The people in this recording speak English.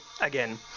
again